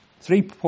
three